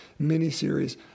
miniseries